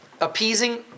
appeasing